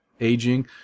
aging